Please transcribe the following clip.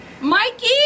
Mikey